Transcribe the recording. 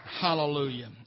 Hallelujah